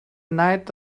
night